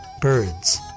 birds